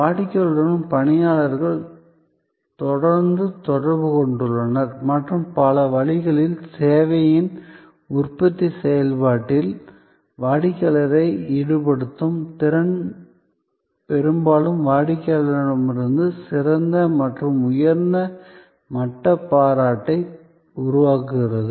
வாடிக்கையாளருடன் பணியாளர்கள் தொடர்ந்து தொடர்பு கொண்டுள்ளனர் மற்றும் பல வழிகளில் சேவையின் உற்பத்தி செயல்பாட்டில் வாடிக்கையாளரை ஈடுபடுத்தும் திறன் பெரும்பாலும் வாடிக்கையாளரிடமிருந்து சிறந்த மற்றும் உயர் மட்ட பாராட்டை உருவாக்குகிறது